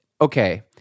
Okay